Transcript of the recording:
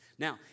Now